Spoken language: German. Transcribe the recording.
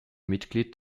mitglied